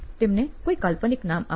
તેમને કોઈ કાલ્પનિક નામ આપો